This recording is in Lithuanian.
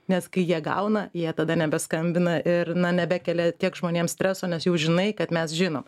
nes kai jie gauna jie tada nebeskambina ir na nebekelia tiek žmonėms streso nes jau žinai kad mes žinom